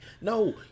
No